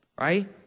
Right